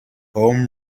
home